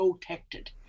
protected